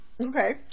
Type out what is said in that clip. Okay